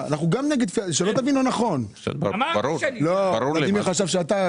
ברור לי.